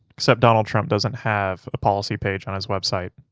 except donald trump doesn't have a policy page on his website,